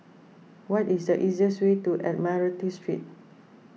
what is the easiest way to Admiralty Street